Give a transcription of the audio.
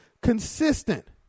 consistent